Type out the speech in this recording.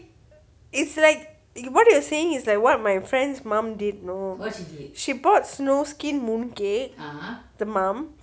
it's like what you are saying is like what my friend's mum didn't know she bought snow skin mooncake the mum